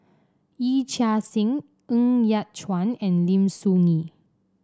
Yee Chia Hsing Ng Yat Chuan and Lim Soo Ngee